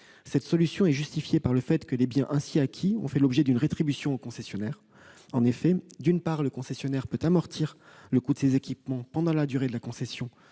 Cette solution est justifiée par le fait que les biens ainsi acquis ont fait l'objet d'une rétribution au concessionnaire. En effet, d'une part, le concessionnaire peut amortir le coût de ces équipements pendant la durée de la concession,